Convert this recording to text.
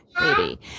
baby